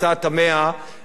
התקציב הדו-שנתי,